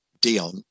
dion